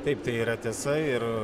taip tai yra tiesa ir